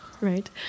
Right